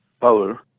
power